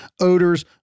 odors